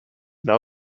now